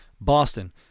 Boston